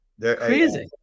Crazy